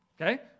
Okay